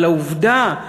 אבל העובדה,